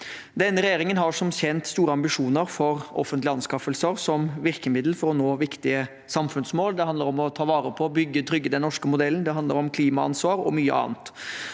regjeringen har som kjent store ambisjoner for offentlige anskaffelser som virkemiddel for å nå viktige samfunnsmål. Det handler om å ta vare på og trygge den norske modellen, det handler om klimaansvar – og mye annet.